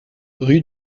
rue